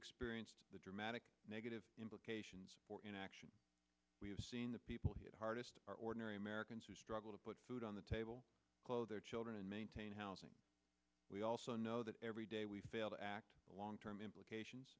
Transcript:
experienced the dramatic negative implications for inaction we have seen the people hit hardest are ordinary americans who struggle to put food on the table clothe their children and maintain housing we also know that every day we fail to act long term implications